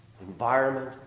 environment